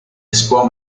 espoir